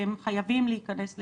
והם חייבים להיכנס לבידוד.